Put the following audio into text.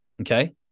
Okay